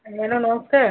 madam ନମସ୍କାର